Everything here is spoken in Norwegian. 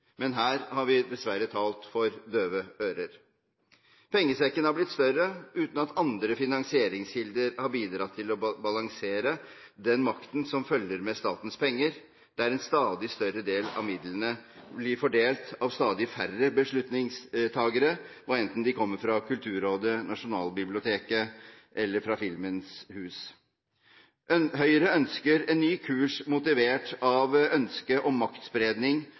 men her har vi dessverre talt for døve ører. Pengesekken har blitt større uten at andre finansieringskilder har bidratt til å balansere den makten som følger med statens penger, der en stadig større del av midlene blir fordelt av stadig færre beslutningstakere – enten de kommer fra Kulturrådet, Nasjonalbiblioteket eller Filmens hus. Høyre ønsker en ny kurs motivert ut fra ønsket om maktspredning,